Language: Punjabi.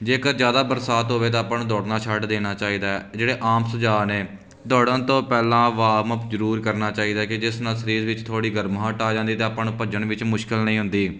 ਜੇਕਰ ਜ਼ਿਆਦਾ ਬਰਸਾਤ ਹੋਵੇ ਤਾਂ ਆਪਾਂ ਨੂੰ ਦੌੜਨਾ ਛੱਡ ਦੇਣਾ ਚਾਹੀਦਾ ਜਿਹੜੇ ਆਮ ਸੁਝਾਅ ਨੇ ਦੌੜਨ ਤੋਂ ਪਹਿਲਾਂ ਵਾਮਅਪ ਜ਼ਰੂਰ ਕਰਨਾ ਚਾਹੀਦਾ ਕਿ ਜਿਸ ਨਾਲ ਸਰੀਰ ਵਿੱਚ ਥੋੜ੍ਹੀ ਗਰਮਾਹਟ ਆ ਜਾਂਦੀ ਤਾਂ ਆਪਾਂ ਨੂੰ ਭੱਜਣ ਵਿੱਚ ਮੁਸ਼ਕਿਲ ਨਹੀਂ ਹੁੰਦੀ